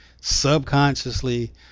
subconsciously